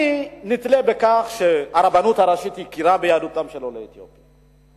אני נתלה בכך שהרבנות הראשית הכירה ביהדותם של עולי אתיופיה.